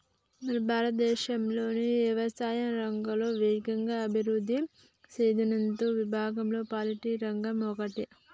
మన భారతదేశం యవసాయా రంగంలో వేగంగా అభివృద్ధి సేందుతున్న విభాగంలో పౌల్ట్రి రంగం ఒకటి